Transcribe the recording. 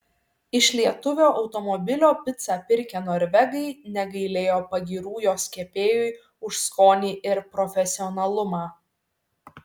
iš lietuvio automobilio picą pirkę norvegai negailėjo pagyrų jos kepėjui už skonį ir profesionalumą